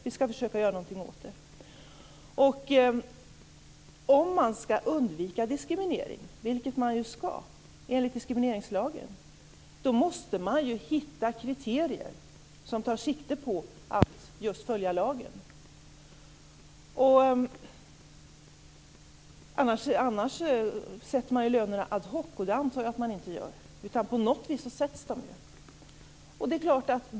Vi ska försöka göra någonting åt det. Om man ska undvika diskriminering - vilket man ska enligt diskrimineringslagen - måste man hitta kriterier som tar sikte på att följa lagen. Annars sätts lönerna ad hoc, och det antar jag att man inte gör. På något sätt sätts lönerna.